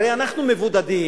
הרי אנחנו מבודדים,